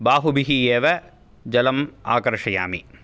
बाहुभिः एव जलम् आकर्षयामि